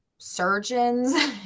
surgeons